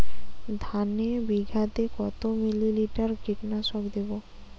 ধানে বিঘাতে কত মিলি লিটার কীটনাশক দেবো?